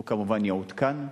הוא כמובן יעודכן.